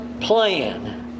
plan